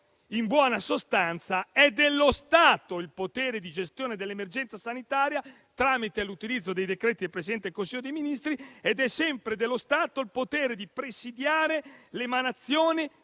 in buona sostanza è dello Stato il potere di gestione dell'emergenza sanitaria tramite l'utilizzo dei decreti del Presidente del Consiglio dei ministri. Ed è sempre dello Stato il potere di presidiare l'emanazione